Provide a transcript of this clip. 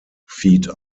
feet